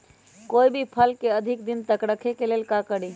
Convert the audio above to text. कोई भी फल के अधिक दिन तक रखे के लेल का करी?